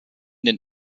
den